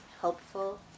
helpful